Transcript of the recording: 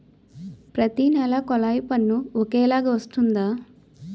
ప్రతి నెల కొల్లాయి పన్ను ఒకలాగే వస్తుందా?